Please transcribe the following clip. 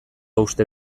uste